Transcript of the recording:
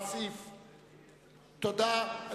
סעיף 51, הדיור הממשלתי, לשנת 2009, נתקבל.